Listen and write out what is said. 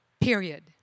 period